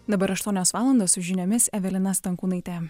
dabar aštuonios valandos su žiniomis evelina stankūnaitė